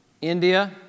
India